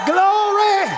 Glory